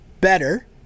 better